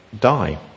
die